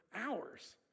Hours